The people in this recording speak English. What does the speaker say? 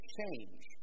change